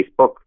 Facebook